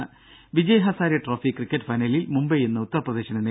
ദേദ Vijay Hazare trophy cricket ഫൈനലിൽ മുംബൈ ഇന്ന് ഉത്തർപ്രദേശിനെ നേരിടും